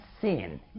sin